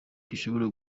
gishobora